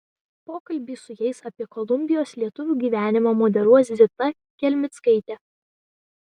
pokalbį su jais apie kolumbijos lietuvių gyvenimą moderuos zita kelmickaitė